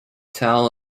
town